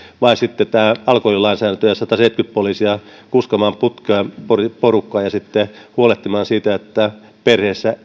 vai sitten tämä alkoholilainsäädäntö ja sataseitsemänkymmentä poliisia kuskaamaan porukkaa putkaan ja huolehtimaan siitä että kun perheissä